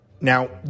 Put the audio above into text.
Now